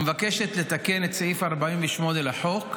המבקשת לתקן את סעיף 48 לחוק,